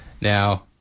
Now